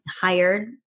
hired